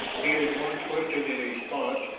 he is one twisted in his thoughts,